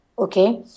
Okay